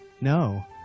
no